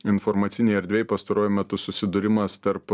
informacinėj erdvėj pastaruoju metu susidūrimas tarp